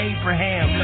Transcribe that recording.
Abraham